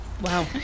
wow